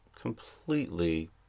completely